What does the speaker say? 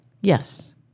Yes